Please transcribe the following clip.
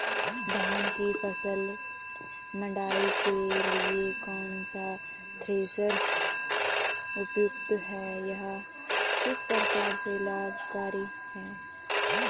धान की फसल मड़ाई के लिए कौन सा थ्रेशर उपयुक्त है यह किस प्रकार से लाभकारी है?